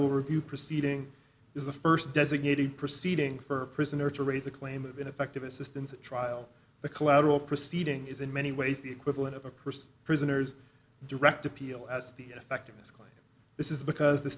overview proceeding is the first designated proceeding for prisoner to raise the claim of ineffective assistance at trial the collateral proceeding is in many ways the equivalent of a curse prisoner's direct appeal as the effectiveness clause this is because the